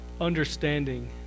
understanding